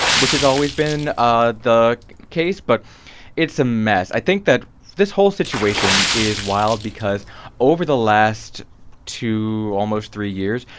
which has always been ah the case. but it's a mess. i think that this whole situation is wild because over the last two, almost three years,